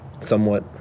somewhat